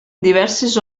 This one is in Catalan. diverses